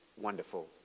wonderful